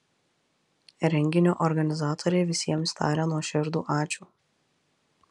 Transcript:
renginio organizatoriai visiems taria nuoširdų ačiū